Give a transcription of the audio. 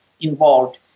involved